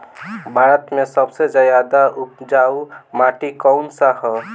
भारत मे सबसे ज्यादा उपजाऊ माटी कउन सा ह?